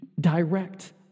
direct